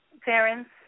parents